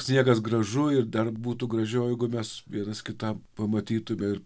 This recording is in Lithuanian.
sniegas gražu ir dar būtų gražiau jeigu mes vienas kitą pamatytume ir